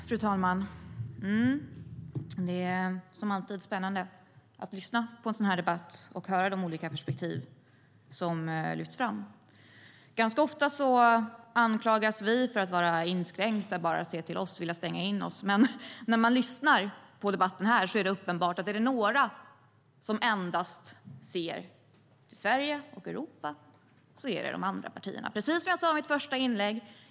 Fru talman! Det är alltid spännande att lyssna på en sådan här debatt och höra de olika perspektiv som lyfts fram. Ganska ofta anklagas vi för att vara inskränkta, att bara se till oss själva och vilja stänga in oss. Men när man lyssnar på debatten här är det uppenbart att om det är några som endast ser till Sverige och Europa är det de andra partierna. Det är precis vad jag sa i mitt första inlägg.